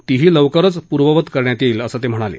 ती ही लवकरच पूर्ववत करण्यात येईल असं ते म्हणाले